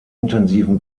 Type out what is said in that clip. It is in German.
intensiven